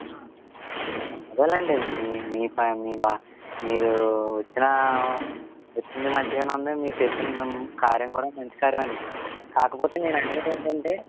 అదేలేండి మీ మీరు వచ్చిన వచ్చింది మంచిగానే ఉంది మీరు చెప్పింది కార్యం కూడా మంచి కార్యమే అండి కాకపోతే నేను అనేది ఏంటంటే